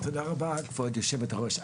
תודה רבה כבוד יושבת הראש.